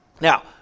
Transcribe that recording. Now